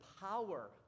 power